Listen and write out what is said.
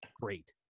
great